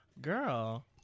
girl